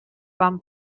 van